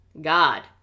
God